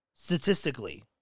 Statistically